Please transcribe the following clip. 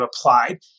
applied